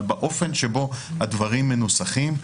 באופן שבו הדברים מנוסחים,